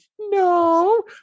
no